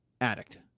addict